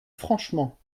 franchement